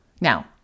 Now